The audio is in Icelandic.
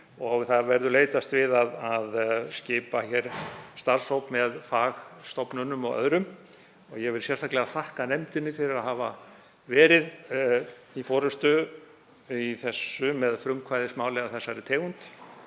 og það verður leitast við að skipa starfshóp með fagstofnunum og öðrum. Ég vil sérstaklega þakka nefndinni fyrir að hafa verið í forystu í þessu með frumkvæðismáli af þessari tegund